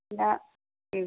പിന്നെ